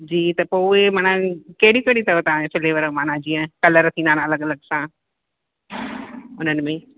जी त पोइ उहे मन कहिड़ियूं कहिड़ियूं अथव तव्हांजे फ्लेवर मन जीअं कलर थींदा आहिनि अलॻि अलॻि सां उन्हनि में